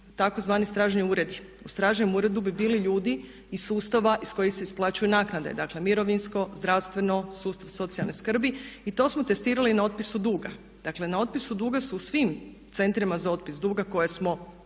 takozvani stražnji uredi. U stražnjem uredu bi bili ljudi iz sustava iz kojih se isplaćuje naknade, dakle mirovinsko, zdravstveno, sustav socijalne skrbi i to smo testirali na otpisu duga. Dakle, na otpisu duga su svim centrima za otpis duga koje smo bili